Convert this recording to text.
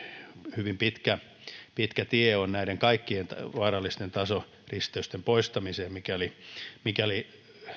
hyvin pitkä pitkä tie on näiden kaikkien vaarallisten tasoristeysten poistamisessa mikäli mikäli